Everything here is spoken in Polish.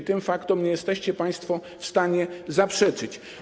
i tym faktom nie jesteście państwo w stanie zaprzeczyć.